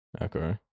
Okay